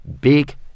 big